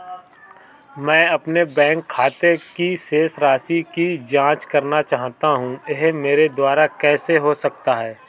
मैं अपने बैंक खाते की शेष राशि की जाँच करना चाहता हूँ यह मेरे द्वारा कैसे हो सकता है?